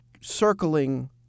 circling